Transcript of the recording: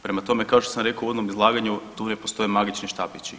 Prema tome, kao što sam rekao u uvodnom izlaganju tu uvijek postoje magični štapići.